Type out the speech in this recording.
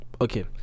okay